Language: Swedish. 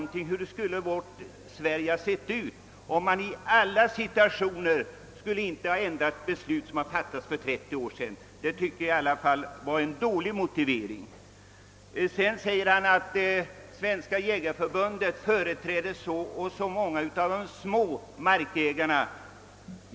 Jag upprepar frågan: Hur skulle vårt Sverige ha sett ut om man i alla situationer haft som riktpunkt att inte ändra 30 år gamla beslut? Jag tycker verkligen att det var en dålig motivering som herr Trana härvidlag anförde. Vidare säger herr Trana att Svenska jägareförbundet företräder så och så många av de marklösa jägarna.